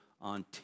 on